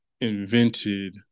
invented